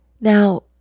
Now